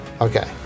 Okay